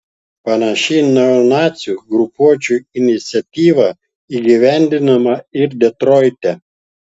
panaši neonacių grupuočių iniciatyva įgyvendinama ir detroite